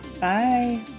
Bye